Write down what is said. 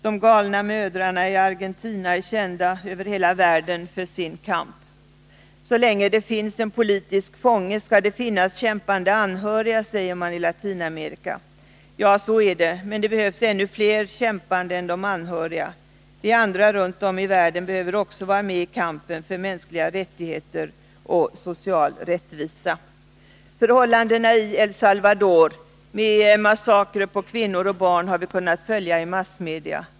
”De galna mödrarna” i Argentina är kända över hela världen för sin kamp. Så länge det finns en politisk fånge skall det finnas kämpande anhöriga, säger man i Latinamerika. Ja, så är det, men det behövs ännu fler kämpande än de anhöriga. Vi andra runt om i världen behöver också vara medi kampen för mänskliga rättigheter och social rättvisa. Förhållandena i El Salvador med massakrer på kvinnor och barn har vi kunnat följa i massmedia.